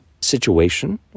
situation